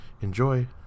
Enjoy